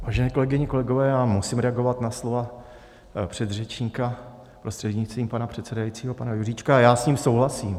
Vážené kolegyně, kolegové, musím reagovat na slova předřečníka, prostřednictvím pana předsedajícího, pana Juříčka, a já s ním souhlasím.